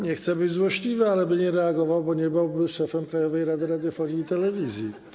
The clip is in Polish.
Nie chcę być złośliwy, ale by nie reagował, bo nie byłby szefem Krajowej Rady Radiofonii i Telewizji.